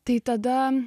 tai tada